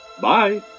bye